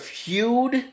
feud